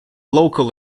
local